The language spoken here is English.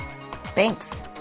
Thanks